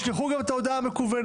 ישלחו גם את ההודעה המקוונת.